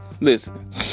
Listen